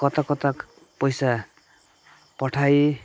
कता कता पैसा पठाएँ